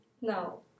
no